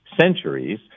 centuries